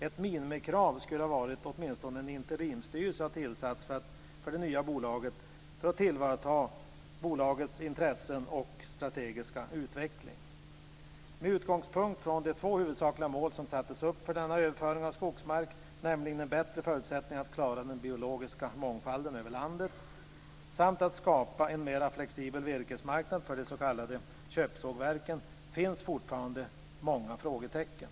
Ett minimikrav skulle ha varit att åtminstone en interimsstyrelse hade tillsatts för det nya bolaget för att tillvarata bolagets intressen och strategiska utveckling. Med utgångspunkt från de två huvudsakliga mål som sattes upp för denna överföring av skogsmark, nämligen en bättre förutsättning att klara den biologiska mångfalden över landet samt att skapa en mera flexibel virkesmarknad för de s.k. köpsågverken, finns fortfarande många frågetecken.